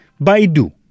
Baidu